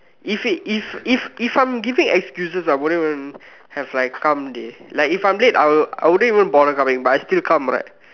if it if if if I am giving excuses I wouldn't even have like come dey if I am late I wouldn't even bother coming but I still come right